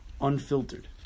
unfiltered